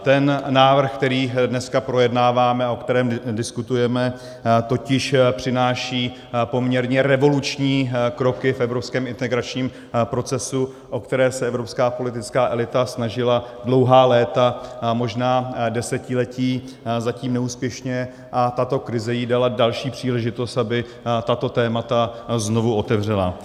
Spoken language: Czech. Ten návrh, který dneska projednáváme a o kterém diskutujeme, totiž přináší poměrně revoluční kroky v evropském integračním procesu, o které se evropská politická elita snažila dlouhá léta a možná desetiletí zatím neúspěšně, a tato krize jí dala další příležitost, aby tato témata znovu otevřela.